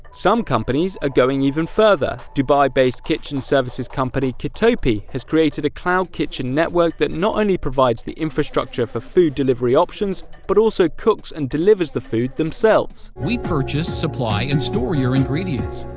some companies are going even further. dubai-based kitchen services company kitopi has created a cloud kitchen network that not only provides the infrastructure for food delivery operations, but also cooks and delivers the food themselves. we purchase, supply and store your ingredients.